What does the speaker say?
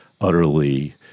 utterly